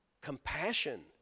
Compassion